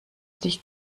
dich